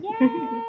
Yay